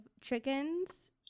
chickens